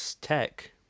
tech